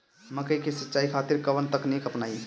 मकई के सिंचाई खातिर कवन तकनीक अपनाई?